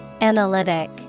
Analytic